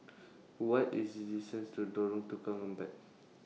What IS The distance to Lorong Tukang Empat